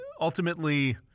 ultimately